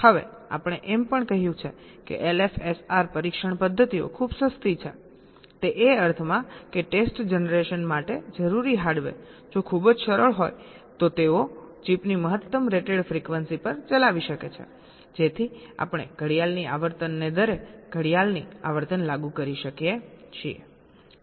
હવે આપણે એમ પણ કહ્યું છે કે એલએફએસઆર પરીક્ષણ પદ્ધતિઓ ખૂબ સસ્તી છેતે એ અર્થમાં કે ટેસ્ટ જનરેશન માટે જરૂરી હાર્ડવેર જો ખૂબ જ સરળ હોય તો તેઓ ચિપની મહત્તમ રેટેડ ફ્રીક્વન્સી પર ચલાવી શકે છે જેથી આપણે ઘડિયાળની આવર્તનને દરે ઘડિયાળની આવર્તન લાગુ કરી શકીએ છીએ